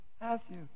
Matthew